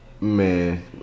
Man